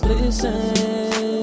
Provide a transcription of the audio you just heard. Listen